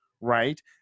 Right